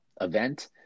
event